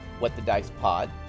WhatTheDicePod